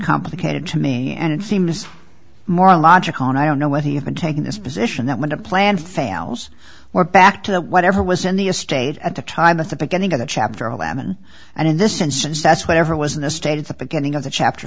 complicated to me and it seems more logical and i don't know whether you've been taking this position that when the plan fails we're back to whatever was in the est at the time of the beginning of the chapter eleven and in this instance that's what ever was in a state at the beginning of the chapter